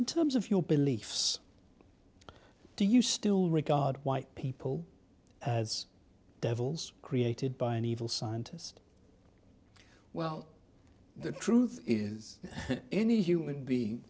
in terms of your beliefs do you still regard white people as devils created by an evil scientist well the truth is any human being